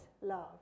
love